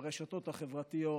וברשתות החברתיות,